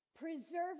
Preserving